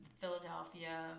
Philadelphia